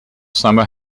summer